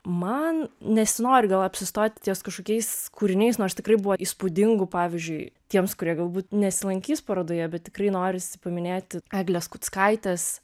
man nesinori gal apsistoti ties kažkokiais kūriniais nors tikrai buvo įspūdingų pavyzdžiui tiems kurie galbūt nesilankys parodoje bet tikrai norisi paminėti eglės kuckaitės